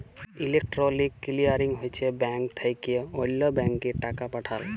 electronic clearing হছে bank থ্যাকে অল্য ব্যাংকে টাকা পাঠাল